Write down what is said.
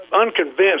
unconvinced